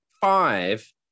five